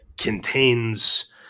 contains